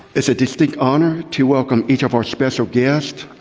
it's a distinct honor to welcome each of our special guests,